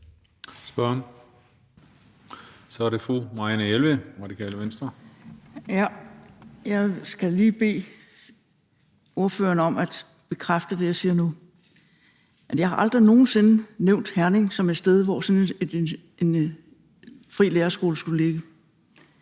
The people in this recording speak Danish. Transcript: Jeg skal lige bede ordføreren om at bekræfte det, jeg siger nu: Jeg har aldrig nogen sinde nævnt Herning som et sted, hvor sådan en fri lærerskole skulle ligge.